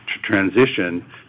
transition